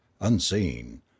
unseen